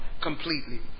completely